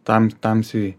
tam tamsiai